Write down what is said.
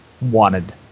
wanted